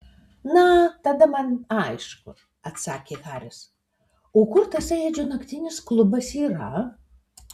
na tada man aišku atsakė haris o kur tasai edžio naktinis klubas yra